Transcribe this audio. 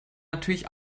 natürlich